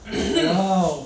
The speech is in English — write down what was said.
!walao!